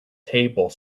table